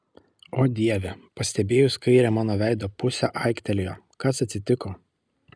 o dieve pastebėjus kairę mano veido pusę aiktelėjo kas atsitiko